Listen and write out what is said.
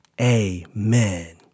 Amen